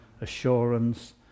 assurance